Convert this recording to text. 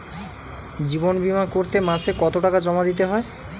জীবন বিমা করতে মাসে কতো টাকা জমা দিতে হয়?